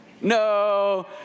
no